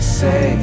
say